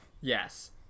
yes